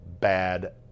bad